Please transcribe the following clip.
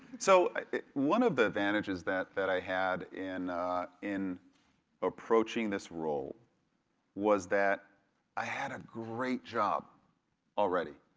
so one of the advantages that that i had in in approaching this role was that i had a great job already.